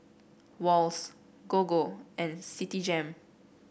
Wall's Gogo and Citigem